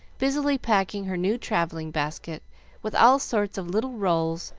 busily packing her new travelling-basket with all sorts of little rolls,